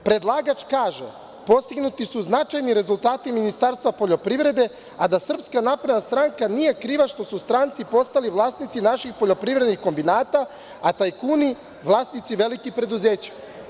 Predlagač kaže – postignuti su značajni rezultati Ministarstva poljoprivrede, a da SNS nije kriva što su stranci postali vlasnici naših poljoprivrednih kombinata, a tajkuni vlasnici velikih preduzeća.